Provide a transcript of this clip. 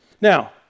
Now